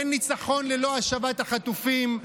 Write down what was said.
אין ניצחון ללא השבת החטופים.